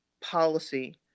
policy